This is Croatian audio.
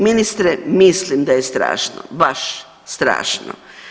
Ministre, mislim da je strašno, baš strašno.